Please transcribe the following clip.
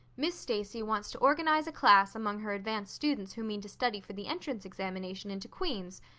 miss stacy wants to organize a class among her advanced students who mean to study for the entrance examination into queen's.